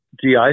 GI